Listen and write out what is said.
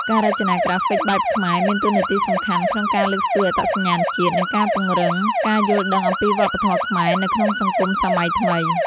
ការរចនាក្រាហ្វិកបែបខ្មែរមានតួនាទីសំខាន់ក្នុងការលើកស្ទួយអត្តសញ្ញាណជាតិ និងការពង្រឹងការយល់ដឹងអំពីវប្បធម៌ខ្មែរ នៅក្នុងសង្គមសម័យថ្មី។